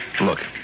Look